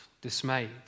dismayed